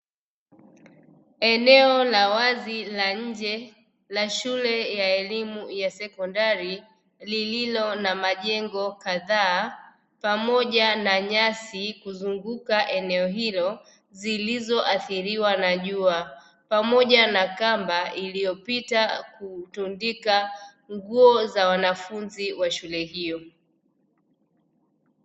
Eneo la wazi la nje la shule ya sekondari, lililo na majengo kadhaa pamoja na nyasi kuzunguka eneo hilo zilizoathiriwa na jua, pamoja na kamba iliyopita kutundika nguo za wanafunzi wa shule hiyo.